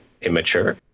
immature